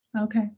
Okay